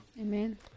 amen